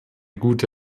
gute